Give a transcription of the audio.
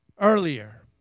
earlier